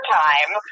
time